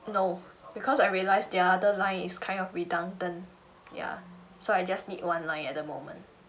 no because I realised the other line is kind of redundant ya so I just need one line at the moment